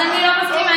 אז אני לא מסכימה.